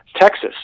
Texas